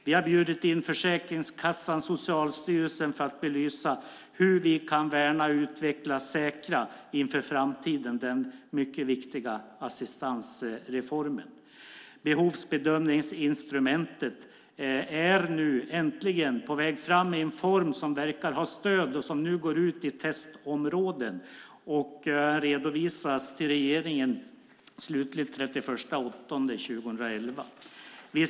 Vi har bjudit in Försäkringskassan och Socialstyrelsen för att belysa hur vi kan värna, utveckla och säkra den mycket viktiga assistansreformen inför framtiden. Behovsbedömningsinstrumentet är äntligen på väg fram i en form som verkar ha stöd och går nu ut i testområden och redovisas slutligt till regeringen den 31 augusti 2011.